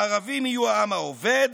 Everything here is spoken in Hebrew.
הערבים יהיו העם העובד